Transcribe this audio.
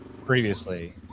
previously